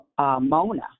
Mona